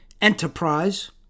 enterprise